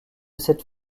cette